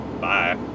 bye